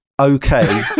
okay